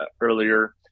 earlier